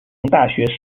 大学